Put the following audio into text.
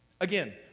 Again